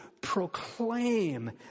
proclaim